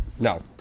No